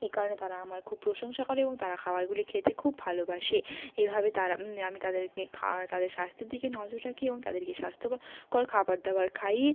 এই কারণে তারা আমার খুব প্রশংসা করে এবং তারা খাবারগুলি খেতে খুব ভালোবাসে এভাবে তারা আমি তাদেরকে খা তাদের স্বাস্থ্যের দিকে নজর রাখি এবং তাদেরকে স্বাস্থ্যকর খাবার দাবার খাইয়ে